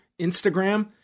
Instagram